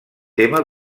tema